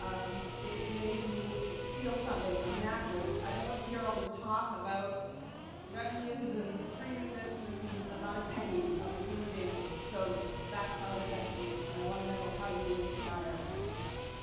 um it made me feel something. i'm an actress. i don't want to hear all this talk about revenues and streaming this and this. and i'm not a techy, i'm a human being. so that's how it affected me and i want to know how you were inspired to make that.